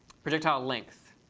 projectile length.